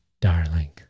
darling